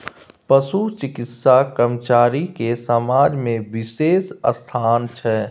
पशु चिकित्सा कर्मचारी के समाज में बिशेष स्थान छै